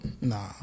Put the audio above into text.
Nah